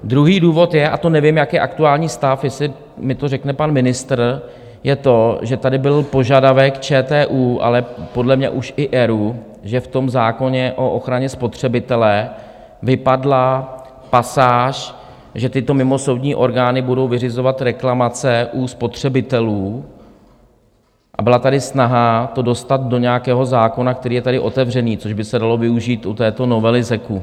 Druhý důvod je, a to nevím, jaký je aktuální stav, jestli mi to řekne pan ministr, je to, že tady byl požadavek ČTÚ, ale podle mě už i ERÚ, že v tom zákoně o ochraně spotřebitele vypadla pasáž, že tyto mimosoudní orgány budou vyřizovat reklamace u spotřebitelů, a byla tady snaha to dostat do nějakého zákona, který je tady otevřený, což by se dalo využít u této novely ZEKu.